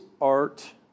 art